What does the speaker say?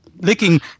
licking